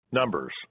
Numbers